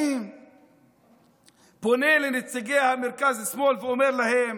אני פונה לנציגי המרכז-שמאל ואומר להם: